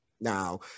Now